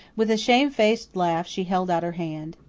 with a shame-faced laugh, she held out her hand.